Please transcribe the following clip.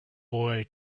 boy